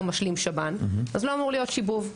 משלים שב"ן אז לא אמור להיות שיבוב.